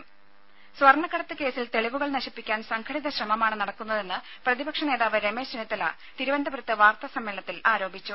രുഭ സ്വർണ്ണക്കടത്ത് കേസിൽ തെളിവുകൾ നശിപ്പിക്കാൻ സംഘടിത ശ്രമമാണ് നടക്കുന്നതെന്ന് പ്രതിപക്ഷ നേതാവ് രമേശ് ചെന്നിത്തല തിരുവനന്തപുരത്ത് വാർത്താ സമ്മേളനത്തിൽ ആരോപിച്ചു